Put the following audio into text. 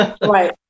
Right